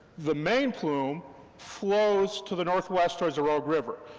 the main plume flows to the northwest, towards the rogue river,